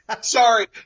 Sorry